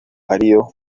ariyo